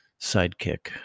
sidekick